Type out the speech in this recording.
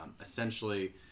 essentially